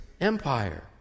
empire